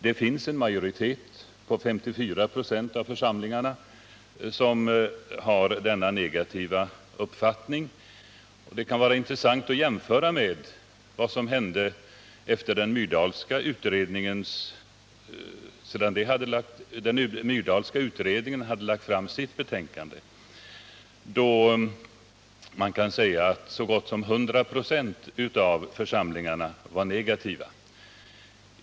Det finns en majoritet på 54 25 av församlingarna som har denna negativa uppfattning. Det kan vara intressant att jämföra med vad som hände sedan den Myrdalska utredningen hade lagt fram sitt betänkande, då man kan säga att så gott som 100 26 av församlingarna var negativa.